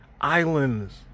islands